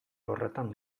horretan